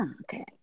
Okay